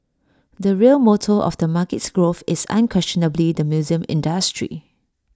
the real motor of the market's growth is unquestionably the museum industry